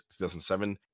2007